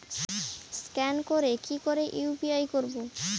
Scan করে কি করে ইউ.পি.আই করবো?